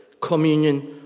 communion